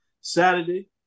Saturday